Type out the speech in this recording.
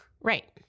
right